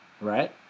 right